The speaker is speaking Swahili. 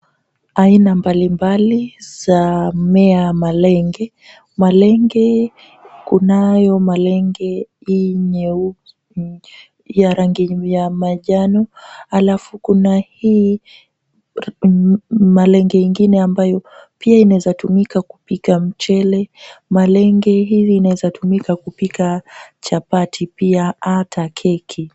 Aina mbalimbali za mmea wa malenge. Malenge kunayo malenge hii nyeupe, ya rangi ya manjano alafu kuna hii malenge ingine ambayo pia inaweza tumika kupika mchele. Malenge hii inaweza tumika kupika chapati pia hata keki.